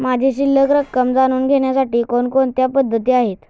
माझी शिल्लक रक्कम जाणून घेण्यासाठी कोणकोणत्या पद्धती आहेत?